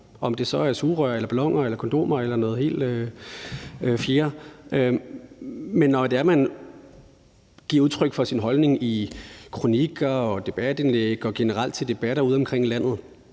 om det så er sugerør, balloner, kondomer eller noget helt fjerde. Men når man giver udtryk for sin holdning i kronikker, debatindlæg og generelt til debatter udeomkring i landet,